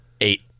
Eight